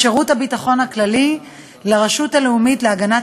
משירות הביטחון הכללי לרשות הלאומית להגנת